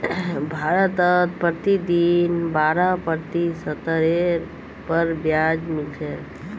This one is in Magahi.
भारतत प्रतिदिन बारह प्रतिशतेर पर ब्याज मिल छेक